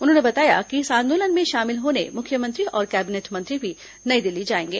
उन्होंने बताया कि इस आंदोलन में शामिल होने मुख्यमंत्री और कैबिनेट मंत्री भी नई दिल्ली जाएंगे